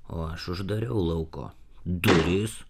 o aš uždariau lauko duris